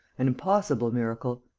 an impossible miracle.